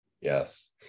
yes